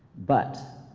but